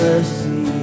Mercy